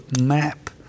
map